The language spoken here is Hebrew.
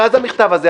מאז המכתב הזה,